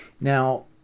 Now